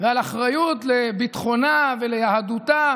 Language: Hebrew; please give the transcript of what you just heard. ועל אחריות לביטחונה וליהדותה